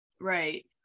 Right